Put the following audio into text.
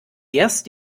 erst